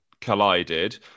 collided